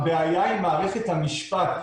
הבעיה היא מערכת המשפט.